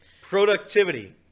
Productivity